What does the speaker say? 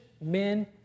men